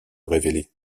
révéler